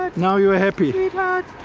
ah now you're happy. sweetheart,